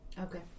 Okay